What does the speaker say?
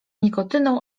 nikotyną